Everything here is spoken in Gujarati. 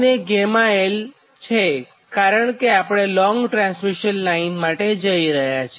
અને 𝛾l કારણ કે આપણે લોંગ ટ્રાન્સમિશન લાઇન માટે જઈ રહ્યા છે